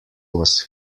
was